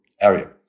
area